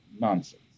Nonsense